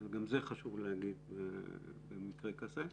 וגם אותם חשוב להגיד במקרה הזה.